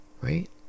right